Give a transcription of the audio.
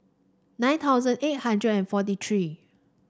nine thousand eight hundred and forty three